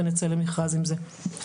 ונצא למכרז עם זה.